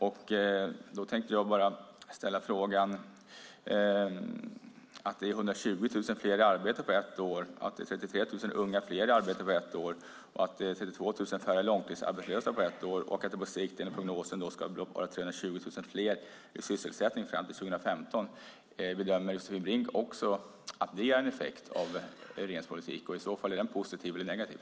Jag undrar vad Josefin Brink säger om följande: Det är 120 000 fler i arbete på ett år, 33 000 fler unga i arbete på ett år och 32 000 färre långtidsarbetslösa på ett år. På sikt ska det enligt prognosen bli 320 000 fler i sysselsättning fram till 2015. Bedömer Josefin Brink att också det är en effekt av regeringens politik? I så fall, är den positiv eller negativ?